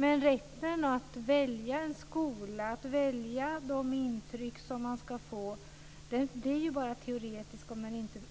Men rätten att välja en skola, att välja de intryck man ska få, blir ju bara teoretisk